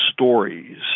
stories